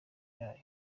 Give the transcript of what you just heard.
yayo